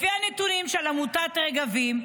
לפי הנתונים של עמותת רגבים,